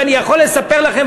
ואני יכול לספר לכם,